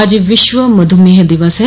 आज विश्व मधुमेह दिवस है